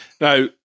Now